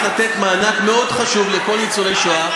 לתת מענק מאוד חשוב לכל ניצולי השואה,